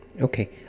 Okay